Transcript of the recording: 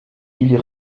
ils